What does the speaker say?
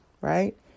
right